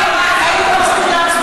ואם לזה אתם מסכימים,